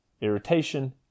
irritation